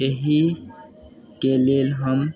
एहिके लेल हम